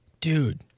Dude